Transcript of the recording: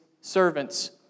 servants